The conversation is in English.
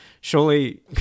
surely